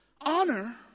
Honor